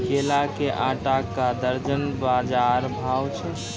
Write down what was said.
केला के आटा का दर्जन बाजार भाव छ?